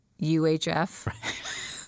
UHF